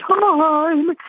time